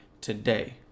today